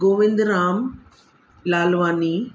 Govind Ram Lalwani